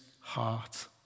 heart